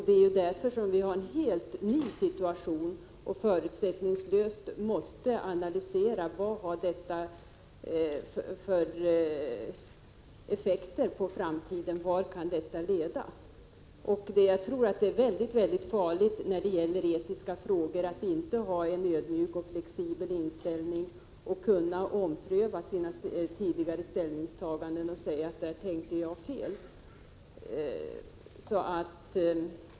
Det är därför vi har en helt ny situation och förutsättningslöst måste analysera vad de tekniska framstegen har för effekter på framtiden och vart de kan leda. Jag tror att det är mycket farligt, när det gäller etiska frågor, att inte ha en ödmjuk och flexibel inställning, att inte kunna ompröva sina tidigare ställningstaganden och säga: Där tänkte jag fel.